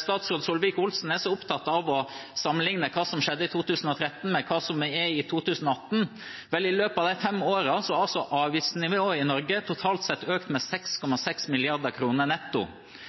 Statsråd Solvik-Olsen er opptatt av å sammenligne hva som skjedde i 2013, med hva som er i 2018. Vel, i løpet av disse fem årene har altså avgiftsnivået i Norge totalt sett økt med